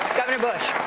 governor bush,